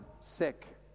Sick